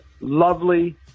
lovely